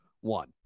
one